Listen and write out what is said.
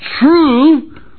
true